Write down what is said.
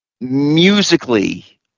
musically